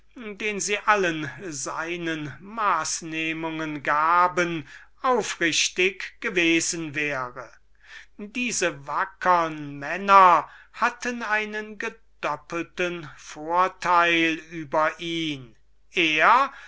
den sie allen seinen maßnehmungen gaben aufrichtig gewesen wäre diese wackern männer hatten einen gedoppelten vorteil über ihn daß er